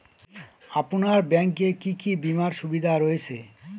আপনার ব্যাংকে কি কি বিমার সুবিধা রয়েছে?